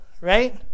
right